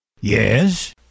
Yes